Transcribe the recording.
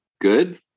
good